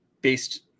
based